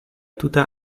tuta